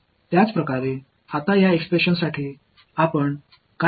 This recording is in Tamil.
இதேபோல் இப்போது இந்த எஸ்பிரசனிற்கு நாம் என்ன செய்ய முடியும்